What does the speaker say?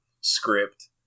script